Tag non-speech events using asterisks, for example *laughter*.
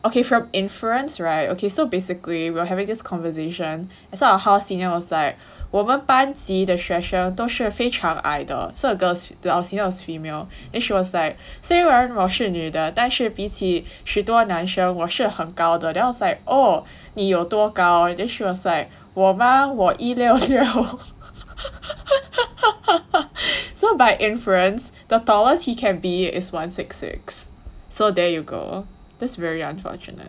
okay from inference [right] okay so basically we are having this conversation and so our hall senior was like 我们班级的学生都是非常矮的 so the girl's our seniors female and she was like 虽然我是女的但是比起许多男生我是很高的 and then I was like oh 你有多高 and she was like 我吗我一六六 *laughs* so by inference the tallest he can be is one six six so there you go that's very unfortunate